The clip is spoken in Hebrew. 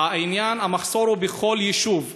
המחסור הוא בכל יישוב.